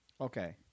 Okay